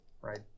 right